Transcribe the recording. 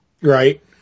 right